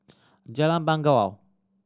Jalan Bangau